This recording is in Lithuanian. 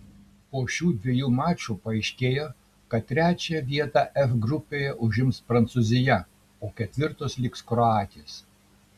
po šių dviejų mačų paaiškėjo kad trečią vietą f grupėje užims prancūzija o ketvirtos liks kroatės